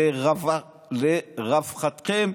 לרווחתכם.